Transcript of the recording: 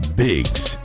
biggs